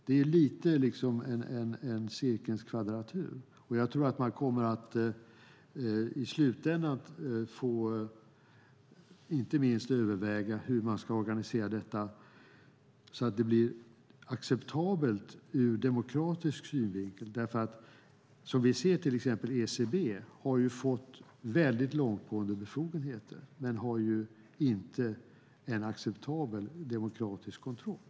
Det är lite av en cirkelns kvadratur. I slutändan måste det övervägas hur detta ska organiseras så att det blir acceptabelt ur demokratisk synvinkel. ECB har fått långtgående befogenheter men har inte en acceptabel demokratisk kontroll.